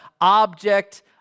object